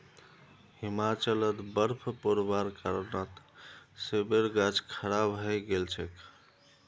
हिमाचलत बर्फ़ पोरवार कारणत सेबेर गाछ खराब हई गेल छेक